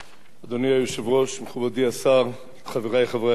אדוני היושב-ראש, מכובדי השר, חברי חברי הכנסת,